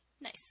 Nice